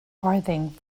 farthing